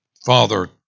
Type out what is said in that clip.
Father